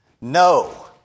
no